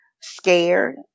scared